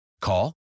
Call